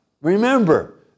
Remember